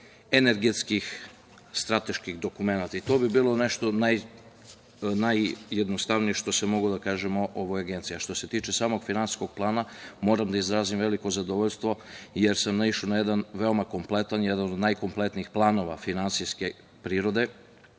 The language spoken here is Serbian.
energetskih strateških dokumenata. To bi bilo nešto najjednostavnije što sam mogao da kažem o ovoj agenciji. Što se tiče samog finansijskog plana, moram da izrazim veliko zadovoljstvo jer sam naišao na jedan veoma kompletan, jedan od najkompletnijih planova finansijske prirode,